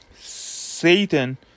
Satan